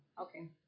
Okay